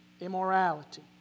immorality